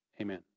Amen